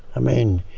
i mean,